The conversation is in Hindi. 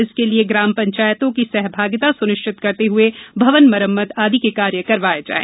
इसके लिये ग्राम पंचायतों की सहभागिता सुनिश्चित करते हुए भवन मरम्मत आदि के कार्य करवाये जाए